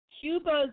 Cuba's